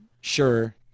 sure